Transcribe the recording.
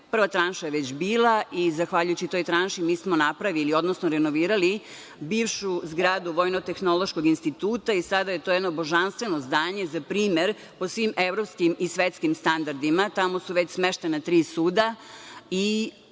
Prva tranša je već bila i zahvaljujući toj tranši mi smo napravili, odnosno renovirali bivšu zgradu Vojno-tehnološkog instituta i sada je to jedno božanstveno zdanje za primer po svim evropskim i svetskim standardima. Tamo su već smeštena tri suda